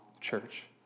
church